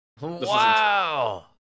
wow